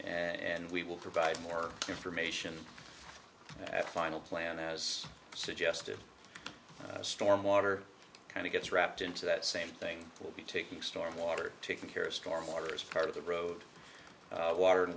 and we will provide more information at final plan as suggested storm water kind of gets wrapped into that same thing will be taking storm water taken care of storm water as part of the road water and